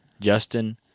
justin